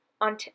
on